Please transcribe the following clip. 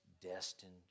destined